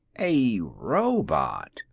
a robot!